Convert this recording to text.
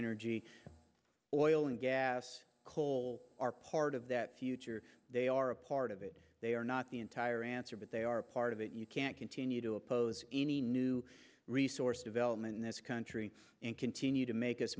energy oil and gas coal are part of that future they are a part of it they are not the entire answer but they are part of it you can't continue to oppose any new resource development in this country and continue to make us